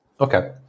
Okay